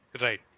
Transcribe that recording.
right